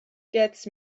gets